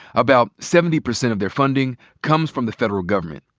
about seventy percent of their funding comes from the federal government.